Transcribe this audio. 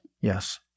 Yes